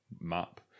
map